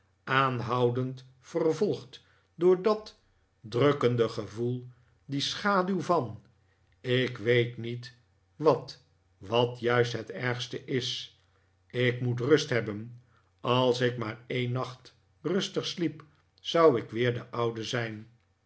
aanhoudend vervolgd door dat drukkende gevoel die schaduw van ik weet niet wat wat juist het ergste is ik moet rust hebben als ik maar een nacht rustig sliep zou ik weer de oude zijn